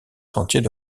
sentiers